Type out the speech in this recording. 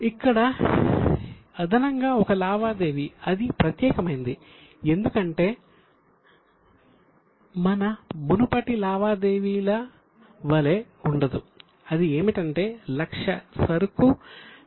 ఇప్పుడు ఇక్కడ అదనంగా ఒక లావాదేవీ అది ప్రత్యేకమైనది ఎందుకంటే మన మునుపటి లావాదేవీల వలే ఉండదు అది ఏమిటంటే 100000 సరుకు 150000 కు అమ్ముడైంది